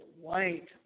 white